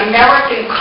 American